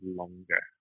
longer